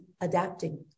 adapting